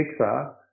Pixar